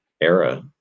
era